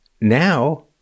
Now